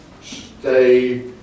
stay